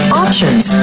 options